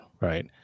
right